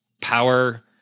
Power